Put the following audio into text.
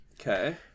Okay